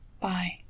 Bye